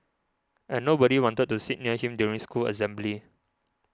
and nobody wanted to sit near him during school assembly